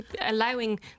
allowing